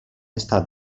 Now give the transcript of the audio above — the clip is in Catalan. estat